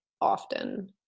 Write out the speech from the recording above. often